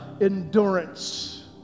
Endurance